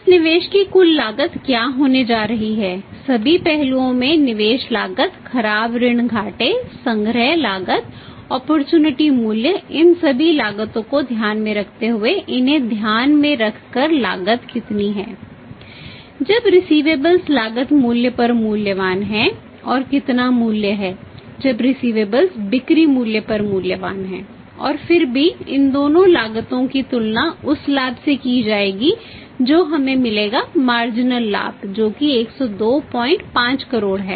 इस निवेश की कुल लागत क्या होने जा रही है सभी पहलुओं में निवेश लागत खराब ऋण घाटे संग्रह लागत अपॉर्चुनिटी लाभ जो कि 1025 करोड़ है